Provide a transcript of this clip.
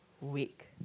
week